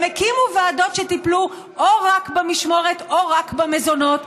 הן הקימו ועדות שטיפלו או רק במשמורת או רק במזונות,